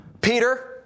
Peter